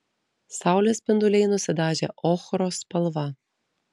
saulės spinduliai nusidažė ochros spalva